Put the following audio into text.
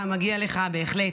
מגיע לך, בהחלט.